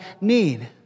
need